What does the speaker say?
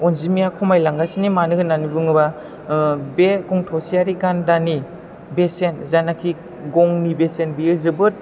अनजिमाया खमायलांगासिनो मानो होननानै बुङोबा बे गं थसेयारि गान्दानि बेसेन जायनाखि गंनि बेसेन बियो जोबोद